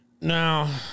Now